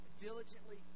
diligently